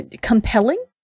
compelling